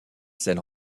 celle